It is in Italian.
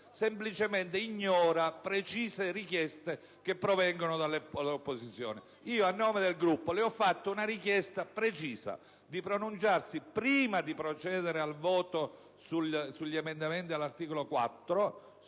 semplicemente ignora precise richieste provenienti dalle opposizioni. A nome del Gruppo le ho avanzato la richiesta precisa di pronunciarsi, prima di procedere al voto sugli emendamenti riferiti all'articolo 4,